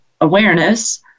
awareness